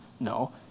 No